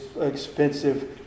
expensive